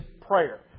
prayer